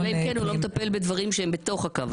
אלא אם כן הוא לא מטפל בדברים שהם בתוך הקו הירוק.